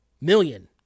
million